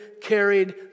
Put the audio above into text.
carried